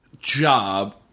job